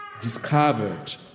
discovered